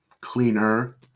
cleaner